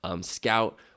scout